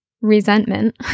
resentment